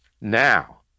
now